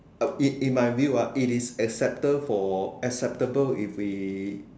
uh it it might be what it is accepted for acceptable if we